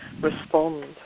respond